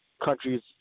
countries